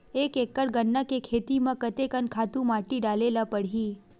एक एकड़ गन्ना के खेती म कते कन खातु माटी डाले ल पड़ही?